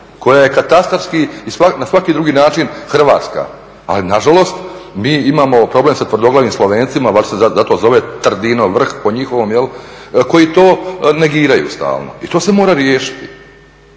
koja je katastarski i na svaki drugi način hrvatska. Ali na žalost mi imamo problem sa tvrdoglavim Slovencima, valjda se zato zove Trdinov vrh po njihovom koji to negiraju stalno i to se mora riješiti